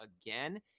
again